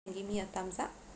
give me a thumbs up